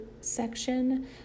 section